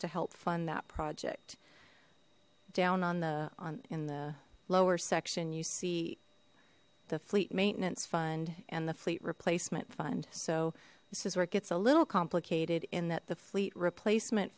to help fund that project down on the on in the lower section you see the fleet maintenance fund and the fleet replacement fund so this is where it gets a little complicated in that the fleet replacement